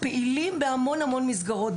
פעילים במסגרות רבות מאוד,